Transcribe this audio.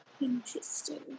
Interesting